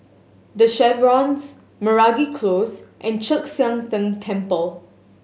The Chevrons Meragi Close and Chek Sian Tng Temple